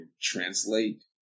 translate